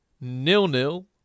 nil-nil